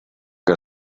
que